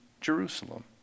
Jerusalem